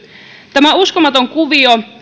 tämä uskomaton kuvio